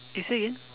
you say again